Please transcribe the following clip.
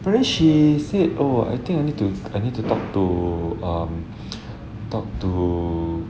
but then she said oh I think I need to I need to talk to um talk to